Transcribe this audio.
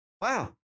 Wow